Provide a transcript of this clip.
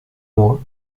mois